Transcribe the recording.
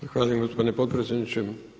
Zahvaljujem gospodine potpredsjedniče.